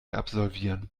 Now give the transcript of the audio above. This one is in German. absolvieren